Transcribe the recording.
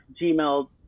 Gmail